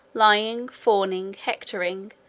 lying, fawning, hectoring,